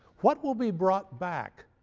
what will be brought back?